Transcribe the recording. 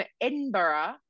Edinburgh